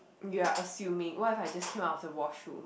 you're assuming what if I just came out of the washroom